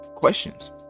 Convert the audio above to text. questions